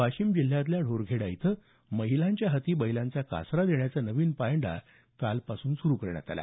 वाशिम जिल्ह्यातल्या ढोरखेडा इथं महिलांच्या हाती बैलांचा कासरा देण्याचा नवीन पायंडा सुरु करण्यात आला